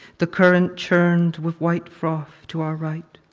the current churned with white froth to our right.